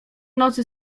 nocy